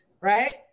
right